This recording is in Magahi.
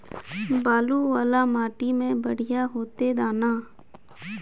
बालू वाला माटी में बढ़िया होते दाना?